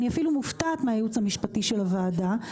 אני אפילו מופתעת מהייעוץ המשפטי של הוועדה,